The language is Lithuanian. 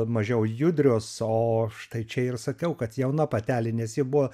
mažiau judrios o štai čia ir sakiau kad jauna patelė nes ji buvo